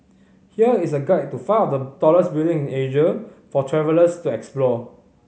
here is a guide to five of the tallest building in Asia for travellers to explore